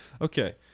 Okay